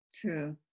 True